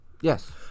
Yes